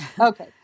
Okay